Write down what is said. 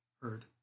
Heard